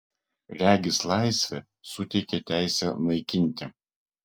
regis laisvė suteikia teisę naikinti